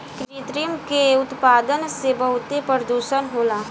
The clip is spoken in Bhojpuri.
कृत्रिम के उत्पादन से बहुत प्रदुषण होला